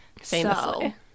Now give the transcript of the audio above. Famously